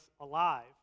alive